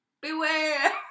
Beware